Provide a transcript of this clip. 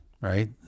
right